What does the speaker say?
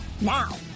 Now